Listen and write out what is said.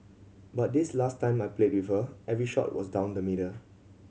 but this last time I played with her every shot was down the middle